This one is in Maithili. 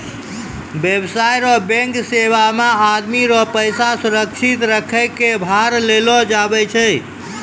व्यवसाय रो बैंक सेवा मे आदमी रो पैसा सुरक्षित रखै कै भार लेलो जावै छै